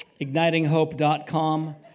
Ignitinghope.com